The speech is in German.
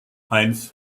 eins